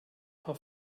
paar